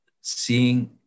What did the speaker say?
seeing